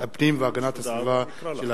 תודה.